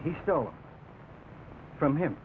he still from him